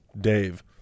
dave